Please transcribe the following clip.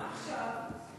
מה עכשיו?